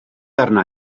arna